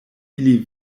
ili